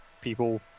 people